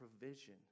provision